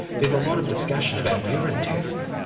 there's a lot of discussion about urine tests.